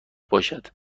پاشد